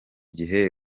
gihe